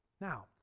now